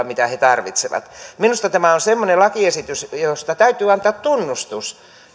mitä he tarvitsevat minusta tämä on semmoinen lakiesitys josta täytyy antaa tunnustus